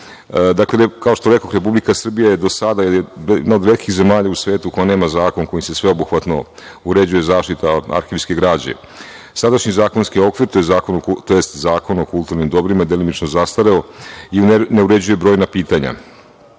arhiva. Kao što rekoh, Republika Srbija je do sada bila jedna od retkih zemalja u svetu koja nema zakon kojim se sveobuhvatno uređuje zaštita arhivske građe. Sadašnji zakonski okvir, tj. Zakon o kulturnim dobrima delimično je zastareo i ne uređuje brojna pitanja.